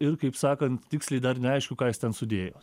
ir kaip sakant tiksliai dar neaišku ką jis ten sudėjo